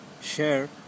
share